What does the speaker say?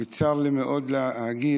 וצר לי מאוד להגיד,